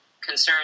concerns